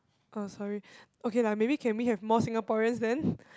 oh sorry okay lah maybe can we have more Singaporeans then